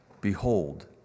Behold